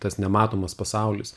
tas nematomas pasaulis